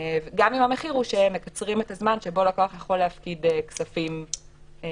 גם אם המחיר הוא שמקצרים את הזמן שבו לקוח יכול להפקיד כספים בעצמו.